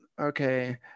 okay